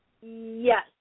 Yes